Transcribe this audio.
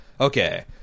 Okay